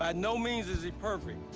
and no means is he perfect,